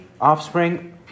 offspring